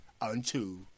unto